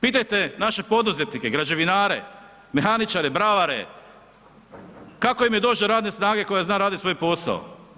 Pitajte naše poduzetnike, građevinare, mehaničare, bravare, kako im je doć do radne snage koja zna radit svoj posao?